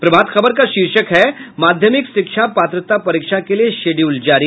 प्रभात खबर का शीर्षक है माध्यमिक शिक्षा पात्रता परीक्षा के लिये शेड्यूल जारी